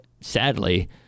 sadly